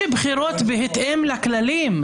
חלק מחברי הכנסת חשבו מה זה לא חוקתי.